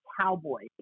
cowboy